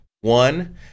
one